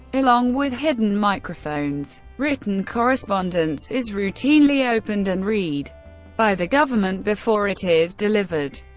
along with hidden microphones. written correspondence is routinely opened and read by the government before it is delivered.